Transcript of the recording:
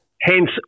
Hence